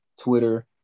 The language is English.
Twitter